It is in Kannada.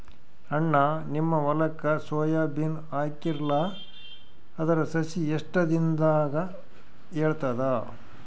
ಅಣ್ಣಾ, ನಿಮ್ಮ ಹೊಲಕ್ಕ ಸೋಯ ಬೀನ ಹಾಕೀರಲಾ, ಅದರ ಸಸಿ ಎಷ್ಟ ದಿಂದಾಗ ಏಳತದ?